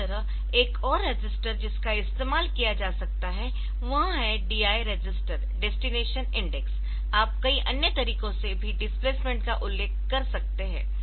इसी तरह एक और रजिस्टर जिसका इस्तेमाल किया जा सकता है वह है DI रजिस्टर डेस्टिनेशन इंडेक्स आप कई अन्य तरीकों से भी डिस्प्लेसमेंट का उल्लेख कर सकते है